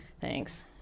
Thanks